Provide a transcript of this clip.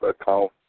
account